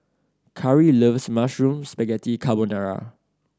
Khari loves Mushroom Spaghetti Carbonara